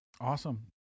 awesome